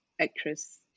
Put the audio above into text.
actress